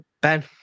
Ben